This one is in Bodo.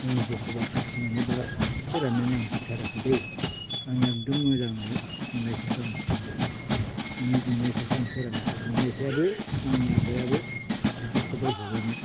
बखबास खाथिनानै बा फोराननानै आं बुथाराखै दे आङो एकदम मोजाङै बिमा बिफाखौ आं बुथारदो बे बिमा बिफाखौ आं फोरानाखै बिफायाबो आंनि आफायाबो जेखाइ खबाइ हेबोमोन